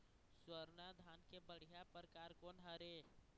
स्वर्णा धान के बढ़िया परकार कोन हर ये?